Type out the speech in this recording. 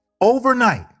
overnight